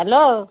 hello